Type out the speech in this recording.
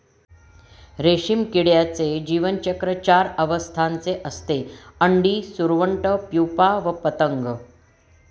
रेशीम किड्याचे जीवनचक्र चार अवस्थांचे असते, अंडी, सुरवंट, प्युपा व पतंग